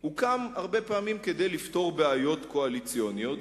הוקם הרבה פעמים כדי לפתור בעיות קואליציוניות.